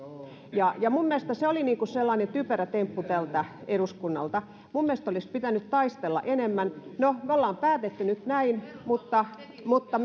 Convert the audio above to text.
ja ja minun mielestäni se oli sellainen typerä temppu tältä eduskunnalta minun mielestäni olisi pitänyt taistella enemmän no me olemme päättäneet nyt näin mutta mutta